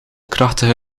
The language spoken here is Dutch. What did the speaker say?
krachtige